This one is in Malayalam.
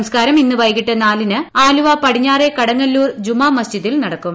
സംസ്കാരം ഇന്ന് വൈകിട്ട് നാലിന് ആലുവ പടിഞ്ഞാറെ കടങ്ങല്ലൂർ ജുമാ മസ്ജിദിൽ നടക്കും